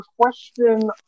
question